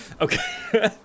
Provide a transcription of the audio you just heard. Okay